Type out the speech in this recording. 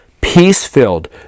peace-filled